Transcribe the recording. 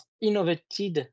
innovative